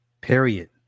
Period